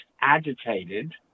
agitated